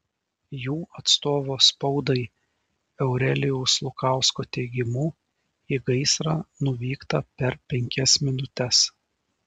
jų atstovo spaudai aurelijaus lukausko teigimu į gaisrą nuvykta per penkias minutes